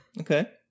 okay